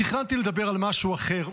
תכננתי לדבר על משהו אחר,